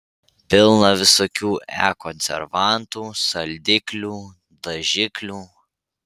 pilna visokių e konservantų saldiklių dažiklių